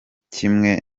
kimwe